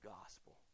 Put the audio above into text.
gospel